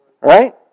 Right